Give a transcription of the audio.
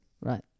Right